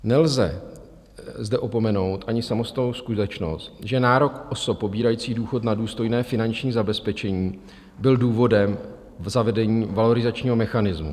Nelze zde opomenout ani samotnou skutečnost, že nárok osob pobírající důchod na důstojné finanční zabezpečení byl důvodem zavedení valorizačního mechanismu.